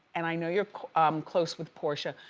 and i know you're um close with porsche.